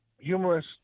humorous